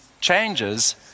changes